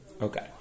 Okay